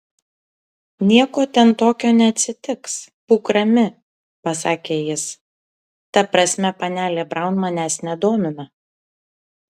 nieko ten tokio neatsitiks būk rami pasakė jis ta prasme panelė braun manęs nedomina